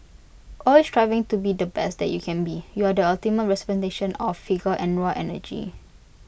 always striving to be the best you can be you are the ultimate representation of vigour and raw energy